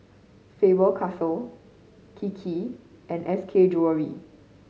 Faber Castell Kiki and S K Jewellery